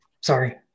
sorry